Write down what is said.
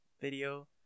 video